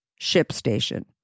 ShipStation